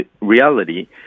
reality